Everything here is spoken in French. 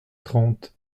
trente